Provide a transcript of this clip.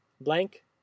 blank